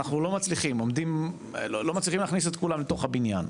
ואנחנו לא מצליחים להכניס את כולם לתוך הבניין,